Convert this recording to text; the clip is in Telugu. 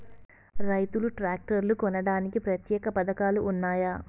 రైతులు ట్రాక్టర్లు కొనడానికి ప్రత్యేక పథకాలు ఉన్నయా?